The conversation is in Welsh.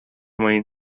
mwyn